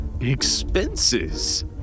expenses